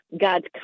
God's